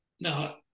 Now